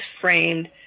framed